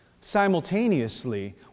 Simultaneously